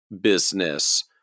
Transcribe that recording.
business